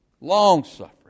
Long-suffering